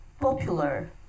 popular